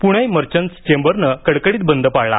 Poona merchants चेंबरनं कडकडीत बंद पाळला